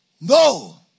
No